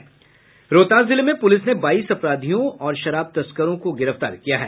रोहतास जिले में पूलिस ने बाईस अपराधियों और शराब तस्करों को गिरफ्तार किया है